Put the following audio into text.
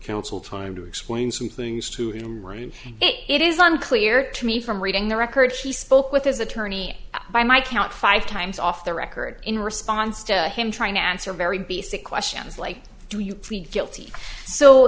council time to explain some things to in writing it it is unclear to me from reading the record she spoke with his attorney by my count five times off the record in response to him trying to answer a very basic questions like do you plead guilty so